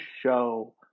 show